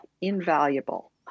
invaluable